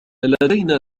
لدينا